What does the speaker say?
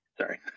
Sorry